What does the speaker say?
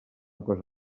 cosa